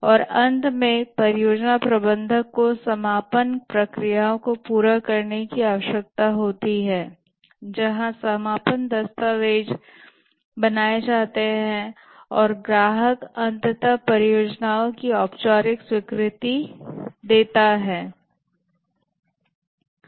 और अंत में परियोजना प्रबंधक को समापन प्रक्रियाओं को पूरा करने की आवश्यकता होती है जहां समापन दस्तावेज बनाए जाते हैं और ग्राहक अंततः परियोजना की औपचारिक स्वीकृति देता है